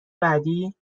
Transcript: بعدی